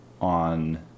on